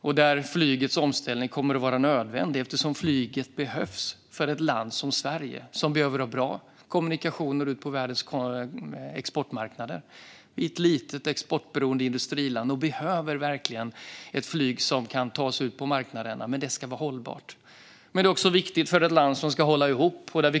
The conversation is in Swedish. Där kommer flygets omställning att vara nödvändig, eftersom flyget behövs för ett land som Sverige som behöver ha bra kommunikationer ut på världens exportmarknader. Vi är ett litet, exportberoende industriland och behöver verkligen ett flyg som kan ta oss ut på marknaderna. Men det ska vara hållbart. Det är också viktigt för ett land som ska hålla ihop.